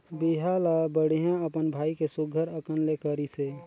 बिहा ल बड़िहा अपन भाई के सुग्घर अकन ले करिसे